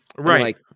Right